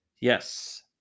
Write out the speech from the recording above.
Yes